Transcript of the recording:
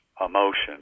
emotion